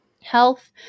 health